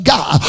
God